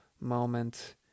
moment